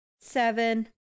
seven